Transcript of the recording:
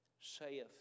saith